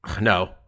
No